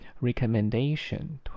Recommendation